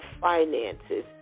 finances